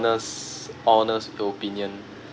honest honest opinion